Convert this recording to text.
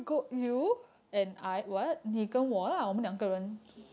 okay